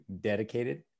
dedicated